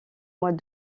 mois